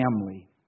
family